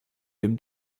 dem